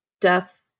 death